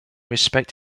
respect